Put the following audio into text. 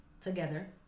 together